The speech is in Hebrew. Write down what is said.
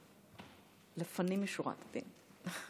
לפנים משורת הדין.